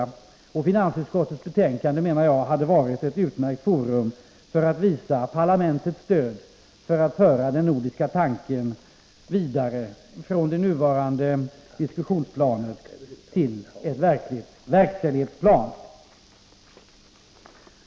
Jag menar att finansutskottets betänkande hade varit ett utmärkt forum för att visa parlamentets stöd för att föra den nordiska tanken vidare från det nuvarande diskussionsplanet till ett verkställighetsplan.